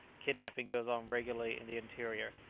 kidnapping goes on regularly in the interior,